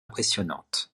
impressionnantes